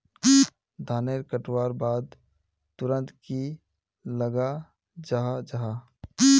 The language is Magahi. धानेर कटवार बाद तुरंत की लगा जाहा जाहा?